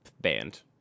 band